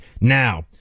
now